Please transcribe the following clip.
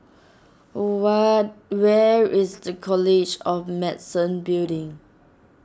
over where is the College of Medicine Building